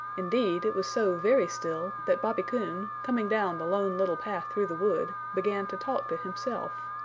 indeed it was so very still that bobby coon, coming down the lone little path through the wood, began to talk to himself.